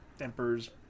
Emperor's